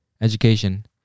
Education